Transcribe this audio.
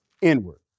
inward